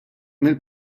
mill